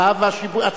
בושה וחרפה, באמת.